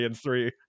three